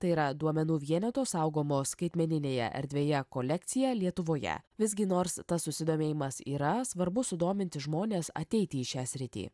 tai yra duomenų vieneto saugomo skaitmeninėje erdvėje kolekciją lietuvoje visgi nors tas susidomėjimas yra svarbu sudominti žmones ateiti į šią sritį